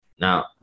Now